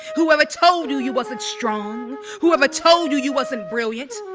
whoever told you you wasn't strong? whoever told you you wasn't brilliant?